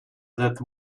that